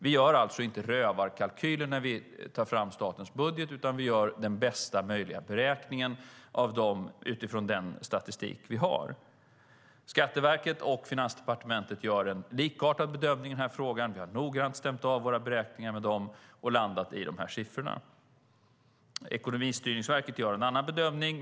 Vi gör inte rövarkalkyler när vi tar fram statens budget, utan vi gör bästa möjliga beräkning utifrån den statistik som vi har. Skatteverket och Finansdepartementet gör en likartad bedömning i den här frågan. Vi har noggrant stämt av våra beräkningar med dem och landat i de här siffrorna. Ekonomistyrningsverket gör en annan bedömning.